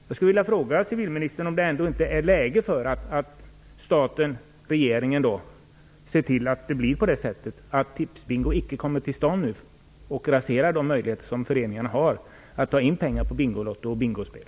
Jag skulle vilja fråga civilministern om det ändå inte är läge för att staten, regeringen, ser till att Tipsbingo inte kommer till stånd nu och raserar de möjligheter som föreningarna har att ta in pengar på Bingolotto och bingospel.